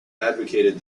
advocated